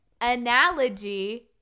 analogy